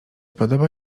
podoba